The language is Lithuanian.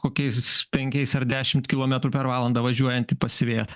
kokiais penkiais ar dešimt kilometrų per valandą važiuojantį pasivyjat